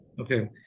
Okay